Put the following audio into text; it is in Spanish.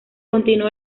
continuó